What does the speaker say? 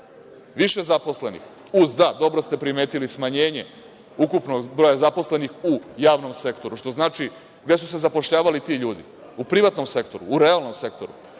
Više zaposlenih uz, da, dobro ste primetili, smanjenje ukupnog broja zaposlenih u javnom sektoru, što znači gde su se zapošljavali ti ljudi, u privatnom sektoru, u realnom sektoru,